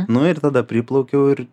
nu ir tada priplaukiau ir